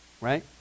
right